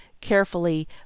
carefully